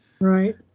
Right